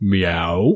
Meow